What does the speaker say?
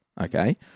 okay